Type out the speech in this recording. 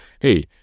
hey